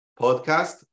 podcast